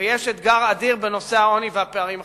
ויש אתגר אדיר בנושא העוני והפערים החברתיים,